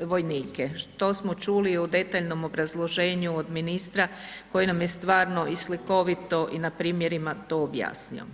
vojnike, što smo čuli u detaljnom obrazloženju od ministra koji nam je stvarno i slikovito i na primjerima to objasnio.